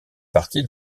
partie